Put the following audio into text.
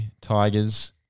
Tigers